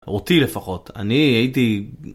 אותי לפחות אני הייתי.